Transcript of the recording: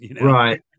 Right